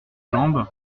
jambes